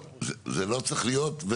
זה לא צריך להיות.